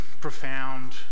profound